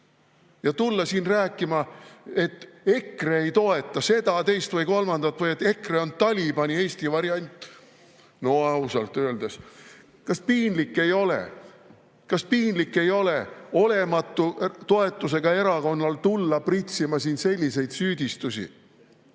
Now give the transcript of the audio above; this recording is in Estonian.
Ja tulla siin rääkima, et EKRE ei toeta seda, teist või kolmandat või et EKRE on Talibani Eesti variant. No ausalt öeldes ... Kas piinlik ei ole? Kas piinlik ei ole olematu toetusega erakonnal tulla pritsima siin selliseid süüdistusi?